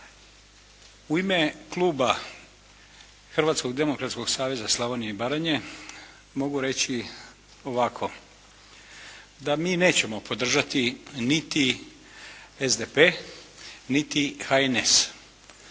U ime kluba Hrvatskog demokratskog saveza Slavonije i Baranje mogu reći ovako, da mi nećemo podržati niti SDP niti HNS,